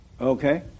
Okay